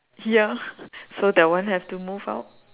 ya so that one have to move out